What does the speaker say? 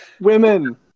Women